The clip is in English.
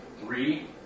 Three